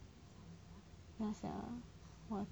ya sia